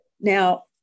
Now